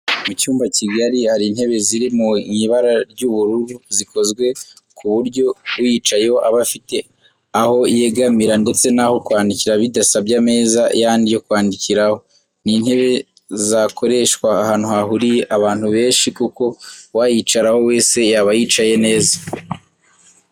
Mu cyumba kigari hari intebe ziri mu ibara ry'ubururu zikozwe ku buryo uyicayeho aba afite aho yegamira ndetse n'aho kwandikira bidasabye ameza yandi yo kwandikiraho. Ni intebe zakoreshwa ahantu hahuriye abantu benshi kuko uwayicaraho wese yaba yicaye neza